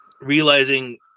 realizing